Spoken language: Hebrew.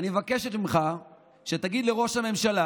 אני מבקשת ממך שתגיד לראש הממשלה